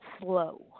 slow